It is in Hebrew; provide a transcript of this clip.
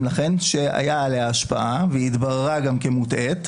לכן שהייתה עליה השפעה והיא התבררה גם כמוטעית,